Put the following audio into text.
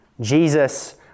Jesus